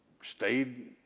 stayed